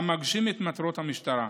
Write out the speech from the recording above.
המגשים את מטרות המשטרה.